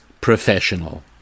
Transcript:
professional